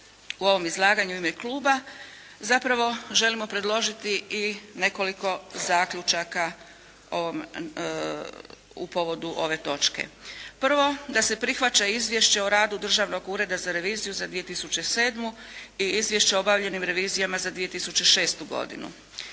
u ovom izlaganju u ime kluba zapravo želimo predložiti i nekoliko zaključaka u povodu ove točke. Prvo, da se prihvaća Izvješće o radu Državnog ureda za reviziju sa 2007. i Izvješće o obavljenim revizijama za 2006. godinu.